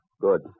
Good